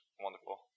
wonderful